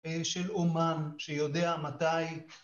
של אומן שיודע מתי